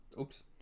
Oops